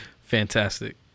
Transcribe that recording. Fantastic